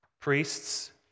Priests